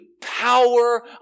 power